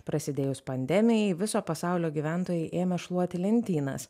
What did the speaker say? prasidėjus pandemijai viso pasaulio gyventojai ėmė šluoti lentynas